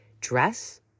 dress